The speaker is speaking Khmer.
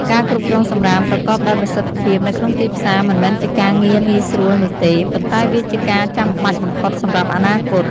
ការគ្រប់គ្រងសំរាមប្រកបដោយប្រសិទ្ធភាពនៅក្នុងទីផ្សារមិនមែនជាការងារងាយស្រួលនោះទេ ប៉ុន្តែវាជាការងារចាំបាច់បំផុតសម្រាប់អនាគត។